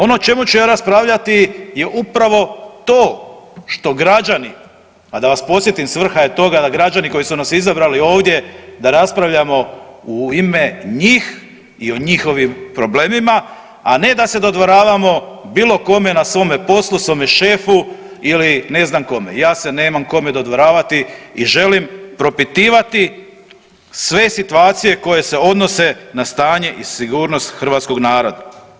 Ono o čemu ću ja raspravljati je upravo to što građani, a da vas podsjetim svrha je toga da građani koji su nas izabrali ovdje da raspravljamo u ime njih i o njihovim problemima, a ne da se dodvoravamo bilo kome na svome poslu, svome šefu ili ne znam kome, ja se nemam kome dodvoravati i želim propitivati sve situacije koje se odnose na stanje i sigurnost hrvatskog naroda.